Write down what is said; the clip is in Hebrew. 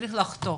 צריך לחתוך.